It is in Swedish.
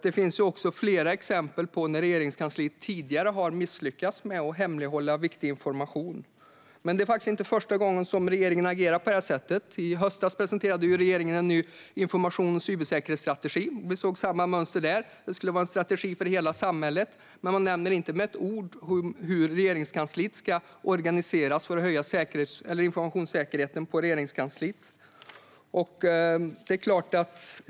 Det finns flera exempel på när Regeringskansliet tidigare har misslyckats med att hemlighålla viktig information. Men det är inte första gången som regeringen agerar på det här sättet. I höstas presenterade regeringen en ny informations och cybersäkerhetsstrategi, och vi såg samma mönster där - det skulle vara en strategi för hela samhället, men man nämnde inte med ett ord hur Regeringskansliet ska organiseras för att höja informationssäkerheten där.